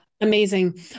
amazing